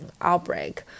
outbreak